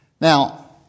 Now